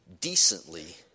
decently